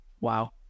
wow